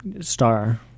star